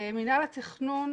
מינהל התכנון